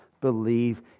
believe